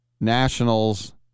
Nationals